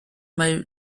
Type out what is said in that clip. mae